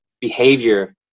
behavior